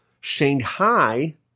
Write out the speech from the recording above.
Shanghai